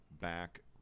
back